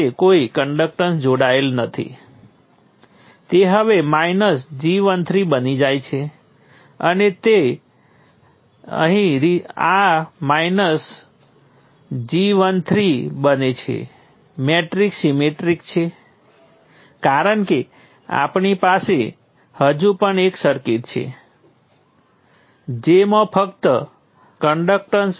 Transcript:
આ બાબતથી કોઈ ફરક પડતો નથી કે આપણે I12 તરફ કઈ દિશામાં લઈએ છીએ આપણે આ રીતે અથવા ડાબી બાજુ લઈ શકીએ છીએ પરંતુ નોડના એક સમીકરણમાં તે નોડમાં ધકેલી રહ્યું છે અને તે ડાબી બાજુથી બાદબાકી કરવામાં આવશે અને બીજા નોડ માટે તે નોડથી ખેંચીને તે નોડથી દૂર વહી જશે અને તેને ડાબી બાજુ ઉમેરવામાં આવશે